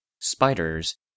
spiders